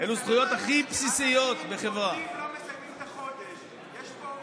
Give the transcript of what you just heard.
הזכויות הכי בסיסיות של אנשים.